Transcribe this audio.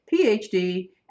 PhD